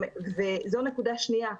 זו נקודה שנייה,